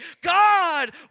God